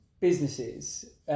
businesses